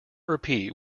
repeat